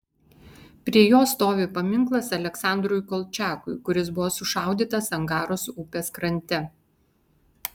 prie jo stovi paminklas aleksandrui kolčiakui kuris buvo sušaudytas angaros upės krante